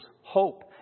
hope